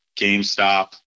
GameStop